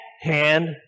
hand